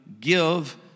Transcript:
give